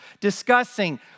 discussing